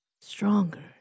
Stronger